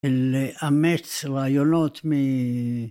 ‫לאמץ רעיונות מ...